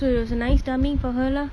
so it was a nice timing for her lah